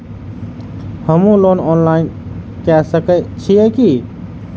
हमू loan online के सके छीये की?